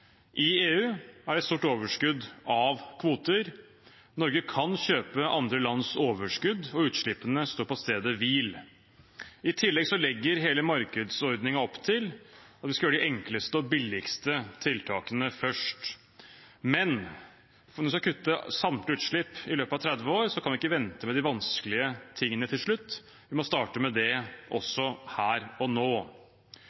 I EU er det et stort overskudd av kvoter. Norge kan kjøpe andre lands overskudd, og utslippene står på stedet hvil. I tillegg legger hele markedsordningen opp til at vi skal gjøre de enkleste og billigste tiltakene først. Men hvis vi skal kutte samtlige utslipp i løpet av 30 år, kan vi ikke vente med de vanskelige tingene til slutt; vi må starte med det